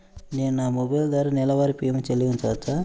నేను నా మొబైల్ ద్వారా నెలవారీ ప్రీమియం చెల్లించవచ్చా?